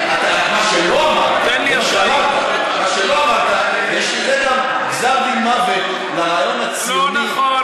הרי אתם יודעים שזה לא רק,